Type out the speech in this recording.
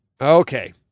Okay